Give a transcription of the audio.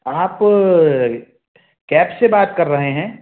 आप कैब से बात कर रहे हैं